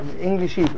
English